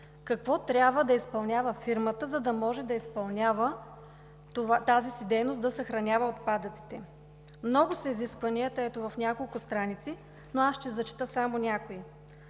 какво трябва да изпълнява фирмата, за да може да изпълнява тази си дейност – да съхранява отпадъците. Много са изискванията. Ето, в няколко страници, но аз ще зачета само някои: